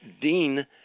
Dean